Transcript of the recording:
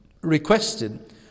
requested